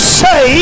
say